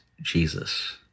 Jesus